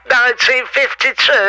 1952